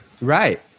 right